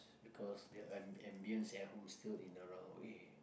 because the ambience at home is still in